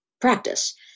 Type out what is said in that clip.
practice